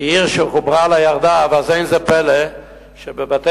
כעיר שחוברה לה יחדיו, אז אין פלא שבבתי-קברות